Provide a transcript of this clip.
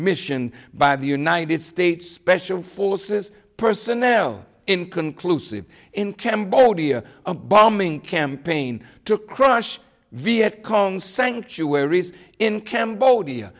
mission by the united states special forces personnel inconclusive in cambodia a bombing campaign to crush viet cong sanctuaries in cambodia